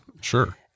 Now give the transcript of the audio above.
Sure